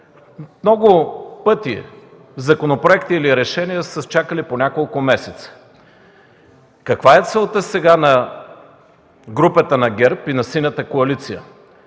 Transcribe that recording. много пъти законопроекти или решения са чакали по няколко месеца. Каква е целта сега на групата на ГЕРБ и на Синята коалиция